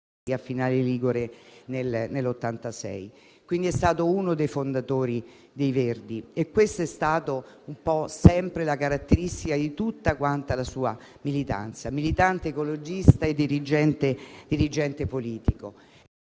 a Finale Ligure nel 1986. Quindi, è stato uno dei fondatori dei Verdi e questa è stata la caratteristica di tutta la sua militanza: militante ecologista e dirigente politico.